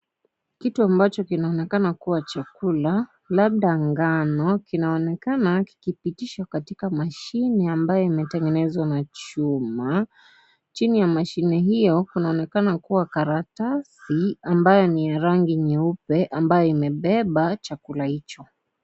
Kitu ambacho kinaonekana kuwa chakula labda ngano kinaonekana kikipitishwa katika mashine ambayo imetengenezwa na chuma . Chini ya mashine hiyo kinaonekana kuwa karatasi ambayo ni ya rangi nyeupe ambayo imebeba chakula hicho.